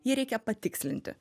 jį reikia patikslinti